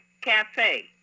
Cafe